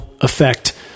effect